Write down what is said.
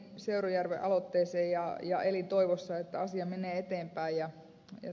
seurujärven aloitteeseen ja elin toivossa että asia menee eteenpäin